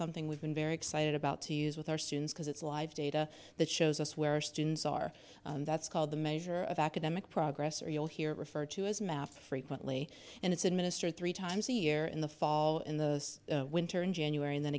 something we've been very excited about to use with our students because it's live data that shows us where students are that's called the measure of academic progress or you'll hear referred to as math frequently and it's administered three times a year in the fall in the winter in january and then